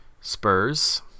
Spurs